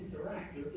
interact